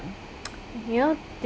you know